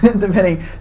depending